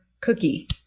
cookie